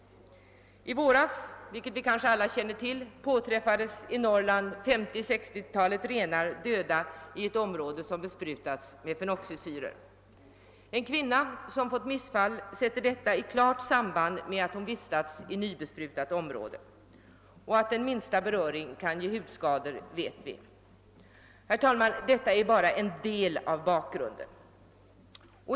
I våras påträffades i Norrland, såsom vi kanske alla känner till, ett 50—60-tal renar döda i ett område som besprutats med fenoxisyra. En kvinna som fått missfall satte detta i samband med att hon vistats i nybesprutat område. Att den minsta beröring kan ge hudskador vet vi. Herr talman! Detta är bara en del av bakgrunden.